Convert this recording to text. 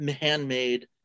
handmade